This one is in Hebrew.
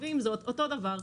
עם זאת אותו דבר,